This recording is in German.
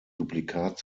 duplikat